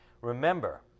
remember